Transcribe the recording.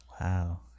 wow